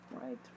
right